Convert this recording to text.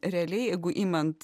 realiai jeigu imant